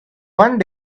one